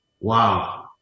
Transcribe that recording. wow